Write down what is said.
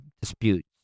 disputes